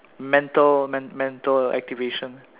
mental mental activation